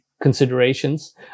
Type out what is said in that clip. considerations